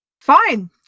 Fine